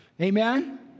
Amen